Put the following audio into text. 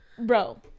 Bro